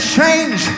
change